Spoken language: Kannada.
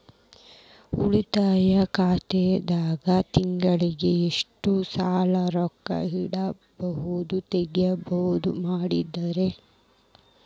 ಉಳಿತಾಯ ಖಾತೆದಾಗ ತಿಂಗಳಿಗೆ ಎಷ್ಟ ಸಲ ರೊಕ್ಕ ಇಡೋದು, ತಗ್ಯೊದು ಮಾಡಬಹುದ್ರಿ?